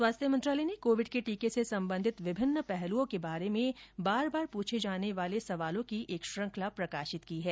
स्वास्थ्य मंत्रालय ने कोविड के टीके से संबंधित विभिन्न पहलुओं के बारे में बार बार पूछे जाने वाले सवालों की एक श्रंखला प्रकाशित है